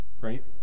right